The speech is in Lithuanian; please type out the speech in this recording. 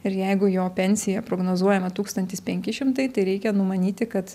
ir jeigu jo pensija prognozuojama tūkstantis penki šmtai tai reikia numanyti kad